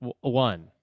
One